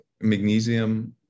magnesium